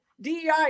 DEI